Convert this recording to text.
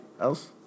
else